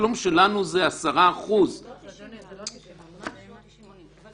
התשלום שלנו הוא 10%. זה לא 90%, אדוני.